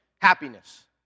Happiness